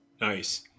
Nice